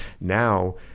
Now